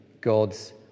God's